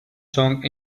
song